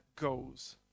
goes